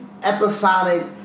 Episodic